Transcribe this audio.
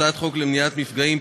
הצעת חוק למניעת מפגעים,